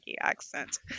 accent